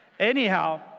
Anyhow